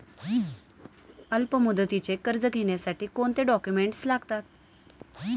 अल्पमुदतीचे कर्ज घेण्यासाठी कोणते डॉक्युमेंट्स लागतात?